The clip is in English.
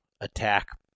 attack